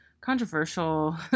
controversial